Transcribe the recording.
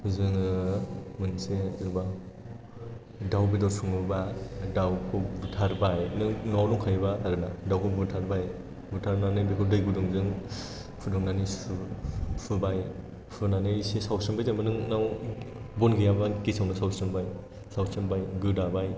जोङो मोनसे गोबां दाउ बेदर सङोबा दाउखौ बुथारबाय नों न'आव दंखायोबा आरोना दाउखौ बुथारबाय बुथारनानै बेखौ दै गुदुंजों फुदुंनानै फुबाय फुनानै एसे सावस्रेमबाय जेनेबा नोंनाव बन गैयाबा गेसआवनो सावस्रेमबाय सावस्रेमबाय गोदाबाय